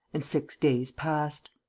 and six days passed.